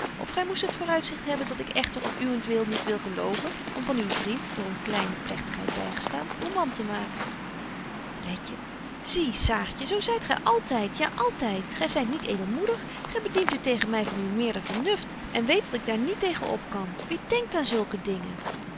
of gy moest het vooruitzicht hebben dat ik echter om uwent wil niet wil geloven om van uw vriend door een kleine plegtigheid bygestaan uw man te maken letje zie saartje zo zyt gy altyd ja altyd gy zyt niet edelmoedig gy bedient u tegen my van uw meerder vernuft en weet dat ik daar niet tegen op kan wie denkt aan zulke dingen